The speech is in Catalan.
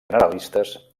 generalistes